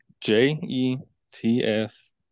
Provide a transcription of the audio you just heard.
J-E-T-S